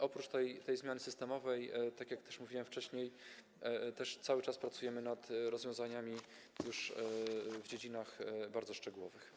Oprócz tej zmiany systemowej, tak jak już mówiłem wcześniej, też cały czas pracujemy nad rozwiązaniami już w dziedzinach bardzo szczegółowych.